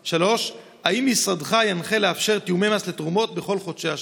3. האם משרדך ינחה לאפשר תיאומי מס לתרומות בכל חודשי השנה?